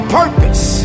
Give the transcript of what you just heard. purpose